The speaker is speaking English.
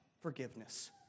forgiveness